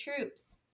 troops